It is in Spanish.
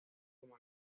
como